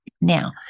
Now